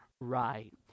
right